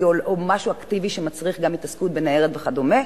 משהו אקטיבי שמצריך התעסקות בניירת וכדומה,